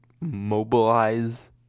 mobilize